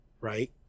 right